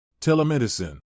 Telemedicine